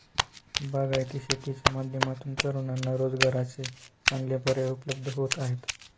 बागायती शेतीच्या माध्यमातून तरुणांना रोजगाराचे चांगले पर्याय उपलब्ध होत आहेत